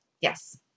Yes